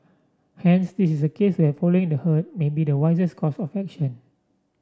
hence this is a case where following the herd may be the wisest course of action